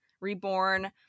reborn